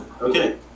Okay